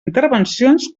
intervencions